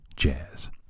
jazz